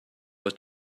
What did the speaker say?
was